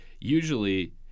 usually